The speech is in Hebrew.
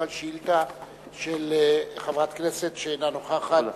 גם על שאילתא של חברת כנסת שאינה נוכחת,